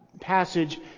passage